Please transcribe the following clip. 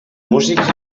músics